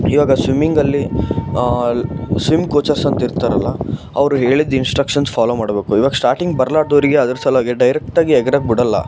ಇವಾಗ ಸ್ವಿಮ್ಮಿಂಗಲ್ಲಿ swim coachers ಅಂತ ಇರ್ತಾರಲ್ಲ ಅವರು ಹೇಳಿದ ಇನ್ಸ್ಟ್ರಕ್ಷನ್ ಫಾಲೋ ಮಾಡಬೇಕು ಇವಾಗ ಸ್ಟಾರ್ಟಿಂಗ್ ಬರಲಾರದವ್ರಿಗೆ ಅದರ ಸಲುವಾಗೆ ಡೈರೆಕ್ಟಾಗೆ ಎಗ್ರೋಕೆ ಬಿಡೋಲ್ಲ